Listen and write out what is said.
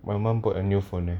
my mum got a new phone leh